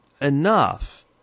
enough